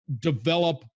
develop